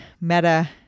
Meta